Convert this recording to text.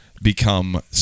become